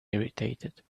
irritated